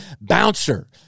bouncer